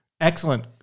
Excellent